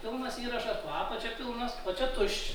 pilnas įrašas po apačia pilnas o čia tuščia